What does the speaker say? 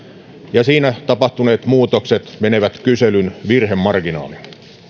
ja siinä tapahtuneet muutokset menevät kyselyn virhemarginaaliin